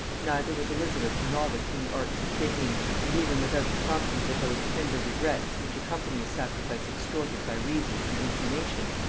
neither was elizabeth a novice in the arts of feigning and even without the promptings of those tender regrets which accompany a sacrifice extorted by reason from inclination,